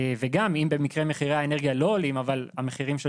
וגם אם במקרה מחירי האנרגיה לא עולים אבל המחירים של